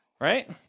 right